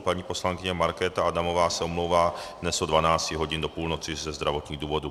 Paní poslankyně Markéta Adamová se omlouvá dnes od 12 hodin do půlnoci ze zdravotních důvodů.